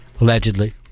allegedly